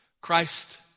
Christ